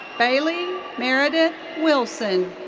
bailey meredith wilson.